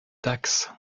dax